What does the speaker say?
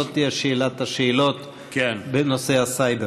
זאת תהיה שאלת השאלות בנושא הסייבר.